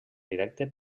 directe